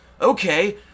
Okay